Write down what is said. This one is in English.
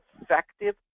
effective